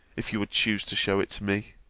if you would choose to shew it me.